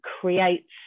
creates